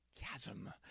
chasm